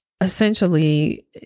essentially